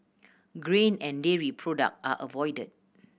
grain and dairy product are avoided